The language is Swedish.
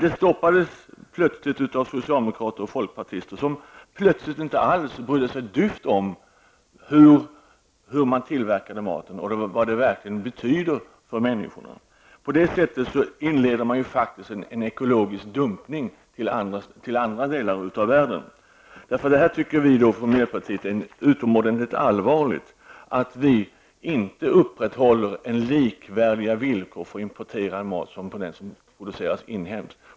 Ett sådant beslut motsatte sig dock socialdemokraterna och folkpartiet, som inte brydde sig ett dyft om hur mat tillverkas och vad detta verkligen betyder för människor. Därmed inleder man faktiskt en ekologisk dumpning till andra delar av världen. Vi i miljöpartiet finner det utomordentligt allvarligt att vi i Sverige inte ställer likvärdiga villkor på importerad mat som på den inhemskt producerade maten.